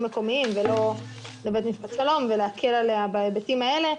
מקומיים ולא לבית משפט שלום ולהקל עליה בהיבטים האלה.